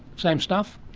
same stuff?